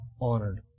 honored